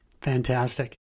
Fantastic